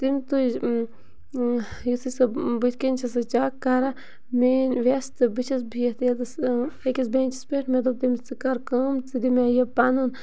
تٔمۍ تُج یُتھُے سُہ بٔتھ کَنہِ چھ سۄ چیٚک کَران میٛٲنۍ وٮ۪س تہٕ بہٕ چھَس بِہِتھ ییٚتس أکِس بٮ۪نٛچَس پٮ۪ٹھ مےٚ دوٚپ تٔمِس ژٕ کَر کٲم ژٕ دِ مےٚ یہِ پَنُن